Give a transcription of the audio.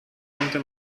konnte